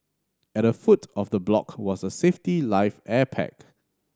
at the foot of the block was a safety life air pack